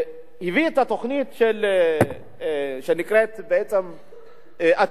והביא את התוכנית שנקראת "עתידים",